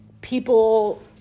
people